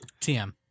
TM